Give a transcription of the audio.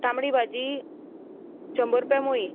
तांबडी भाजी शंबर रुपया मुळी